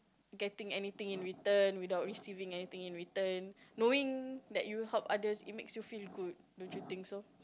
getting anything in return without receiving anything in return knowing that you help others it makes you feel good don't you think so